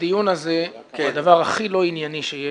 הדיון הזה הוא הדבר הכי לא ענייני שיש,